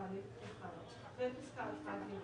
אחרי פסקה (5א) יבוא: